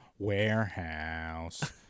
warehouse